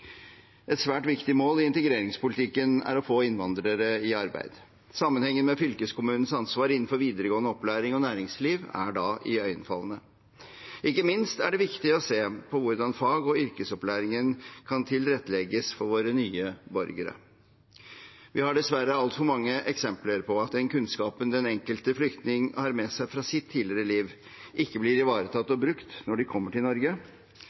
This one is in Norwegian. Et svært viktig mål i integreringspolitikken er å få innvandrere i arbeid. Sammenhengene med fylkeskommunenes ansvar innenfor videregående opplæring og næringsliv er da iøynefallende. Ikke minst er det viktig å se nærmere på hvordan fag- og yrkesopplæringen kan tilrettelegges for våre nye borgere. Vi har dessverre altfor mange eksempler på at den kunnskapen den enkelte flyktning har med seg fra sitt tidligere liv, ikke blir ivaretatt og brukt når vedkommende kommer til Norge,